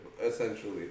Essentially